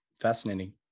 Fascinating